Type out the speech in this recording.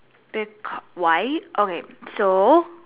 becau~ why okay so